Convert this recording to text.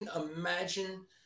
imagine